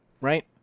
right